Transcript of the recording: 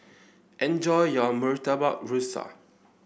enjoy your Murtabak Rusa